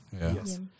Yes